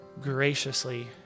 graciously